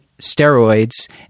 steroids